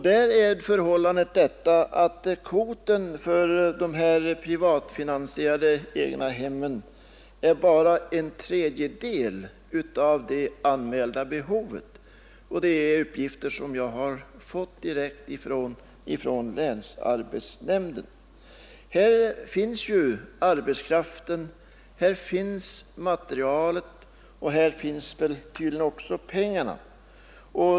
Där motsvarar kvoten för de privatfinansierade egnahemmen bara en tredjedel av det anmälda behovet, enligt uppgifter som jag har fått från länsarbetsnämnden. Arbetskraften finns, materialet finns, och här finns tydligen också pengarna.